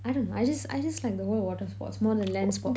I dunno I just I just like the whole water sports more than land sports